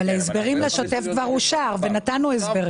השוטף כבר אושר ונתנו הסברים.